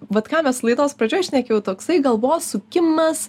vat ką mes laidos pradžioj šnekėjau toksai galvos sukimas